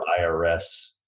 IRS